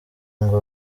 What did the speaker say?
ngo